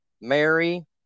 Mary